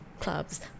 clubs